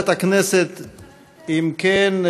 אם כן,